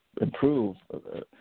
improve